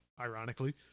ironically